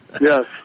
Yes